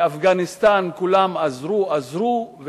באפגניסטן כולם עזרו ועזרו,